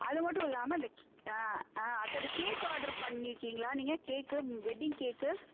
அது மட்டும் இல்லாமல் அந்த அடுத்தது கேக்கு ஆர்ட்ரு பண்ணிருக்கீங்களா நீங்கள் கேக்கு வெட்டிங் கேக்கு